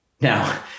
Now